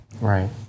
Right